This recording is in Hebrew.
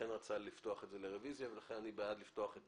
לכן הוא רצה לפתוח לרביזיה ולכן אני בעד לפתוח את